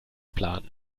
planen